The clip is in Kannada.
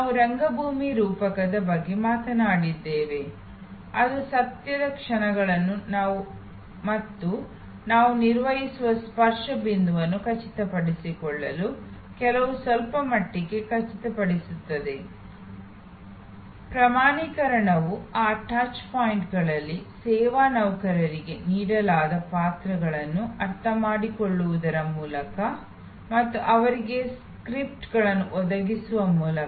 ನಾವು ರಂಗಭೂಮಿ ರೂಪಕದ ಬಗ್ಗೆ ಮಾತನಾಡಿದ್ದೇವೆ ಅದು ಸತ್ಯದ ಕ್ಷಣಗಳನ್ನು ಮತ್ತು ನಾವು ನಿರ್ವಹಿಸುವ ಸ್ಪರ್ಶ ಬಿಂದುವನ್ನು ಖಚಿತಪಡಿಸಿಕೊಳ್ಳಲು ಕೆಲವು ಸ್ವಲ್ಪ ಮಟ್ಟಿಗೆ ಖಚಿತಪಡಿಸುತ್ತದೆ ಪ್ರಮಾಣೀಕರಣವು ಆ ಟಚ್ ಪಾಯಿಂಟ್ಗಳಲ್ಲಿ ಸೇವಾ ನೌಕರರಿಗೆ ನೀಡಲಾದ ಪಾತ್ರಗಳನ್ನು ಅರ್ಥಮಾಡಿಕೊಳ್ಳುವುದರ ಮೂಲಕ ಮತ್ತು ಅವರಿಗೆ ಸ್ಕ್ರಿಪ್ಟ್ಗಳನ್ನು ಒದಗಿಸುವ ಮೂಲಕ